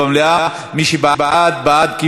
מי שבעד, בעד קיום דיון במליאה.